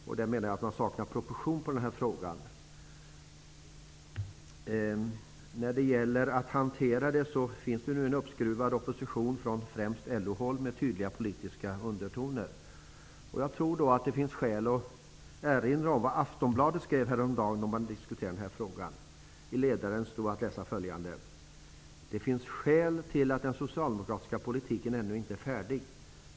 Jag menar att man saknar proportion i den här frågan. Det finns nu en uppskruvad opposition från främst LO-håll med tydliga politiska undertoner. Jag tor att det finns skäl att erinra om vad Aftonbladet skrev häromdagen, då man diskuterade den här frågan. I ledaren stod följande att läsa: ''Det finns skäl till att den socialdemokratiska politiken ännu inte är färdig.